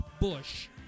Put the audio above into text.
Bush